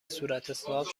صورتحساب